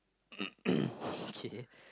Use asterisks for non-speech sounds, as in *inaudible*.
*noise* okay